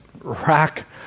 rack